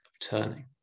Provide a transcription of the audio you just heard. turning